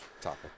topic